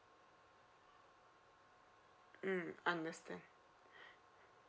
mm understand